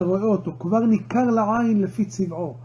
אתה רואה אותו כבר ניכר לעין לפי צבעו.